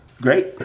Great